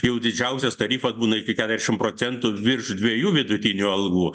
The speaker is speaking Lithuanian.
jau didžiausias tarifas būna iki ketriasdešimt procentų virš dviejų vidutinių algų